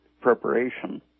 preparation